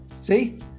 See